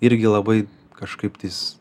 irgi labai kažkaip tais